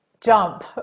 Jump